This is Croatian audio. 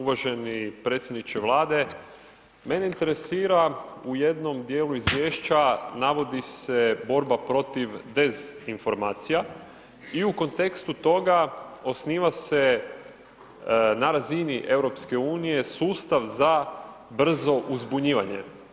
Uvaženi predsjedniče Vlade, mene interesira u jednom dijelu izvješća navodi se borba protiv dezinformacija i u kontekstu toga osniva se na razini EU sustav za brzo uzbunjivanje.